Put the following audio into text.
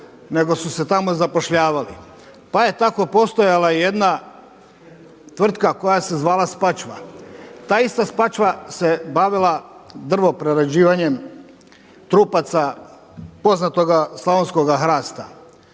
nego su se tamo zapošljavali. Pa je tako postojala i jedna tvrtka koja se zvala Spačva. Ta ista Spačva se bavila drvo prerađivanjem trupaca poznatoga slavonskoga hrasta.